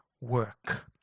work